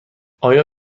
آیا